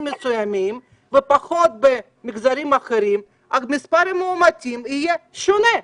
מסוימים ופחות במגזרים אחרים מספר המאומתים יהיה שונה.